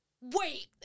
wait